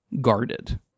guarded